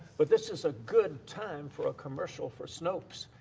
but this is a good time for a commercial for snopes